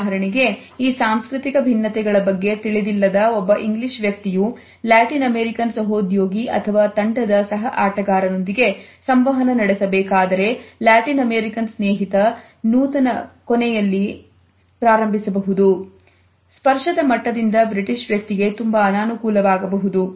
ಉದಾಹರಣೆಗೆ ಈ ಸಾಂಸ್ಕೃತಿಕ ಭಿನ್ನತೆಗಳ ಬಗ್ಗೆ ತಿಳಿದಿಲ್ಲದ ಒಬ್ಬ ಇಂಗ್ಲಿಷ್ ವ್ಯಕ್ತಿಯು ಲ್ಯಾಟಿನ್ ಅಮೆರಿಕನ್ ಸಹೋದ್ಯೋಗಿ ಅಥವಾ ತಂಡದ ಸಹ ಆಟಗಾರನೊಂದಿಗೆ ಸಂವಹನ ನಡೆಸಬೇಕಾದರೆ ಲ್ಯಾಟಿನ್ ಅಮೆರಿಕನ್ ಸ್ನೇಹಿತ ನೂತನ ಕೊನೆಯಲ್ಲಿ ಪ್ರಾರಂಭಿಸಬಹುದು ಸ್ಪರ್ಶದ ಮಟ್ಟದಿಂದ ಬ್ರಿಟಿಷ್ ವ್ಯಕ್ತಿಗೆ ತುಂಬಾ ಅನಾನುಕೂಲವಾಗಬಹುದು